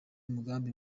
umugambi